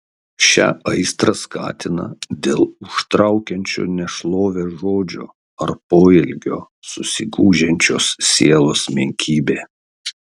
šią aistrą skatina dėl užtraukiančio nešlovę žodžio ar poelgio susigūžiančios sielos menkybė